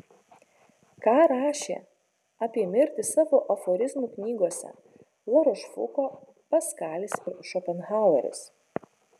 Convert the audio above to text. ką rašė apie mirtį savo aforizmų knygose larošfuko paskalis ir šopenhaueris